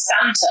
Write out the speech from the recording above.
Santa